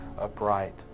upright